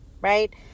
right